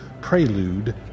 Prelude